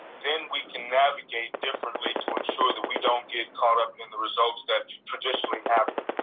then we can navigate differently to ensure that we don't get caught up in the results that traditionally happen.